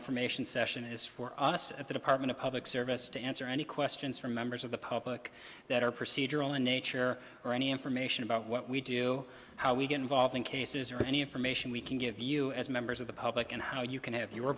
information session is for us at the department of public service to answer any questions from members of the public that are procedural in nature or any information about what we do you how we get involved in cases or any information we can give you as members of the public and how you can have your